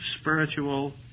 spiritual